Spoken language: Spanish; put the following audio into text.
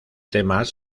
temas